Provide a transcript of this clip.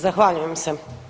Zahvaljujem se.